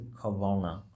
kavana